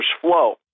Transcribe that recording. flow